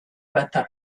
better